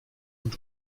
und